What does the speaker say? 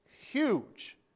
huge